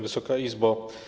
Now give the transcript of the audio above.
Wysoka Izbo!